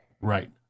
Right